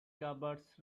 covers